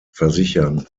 versichern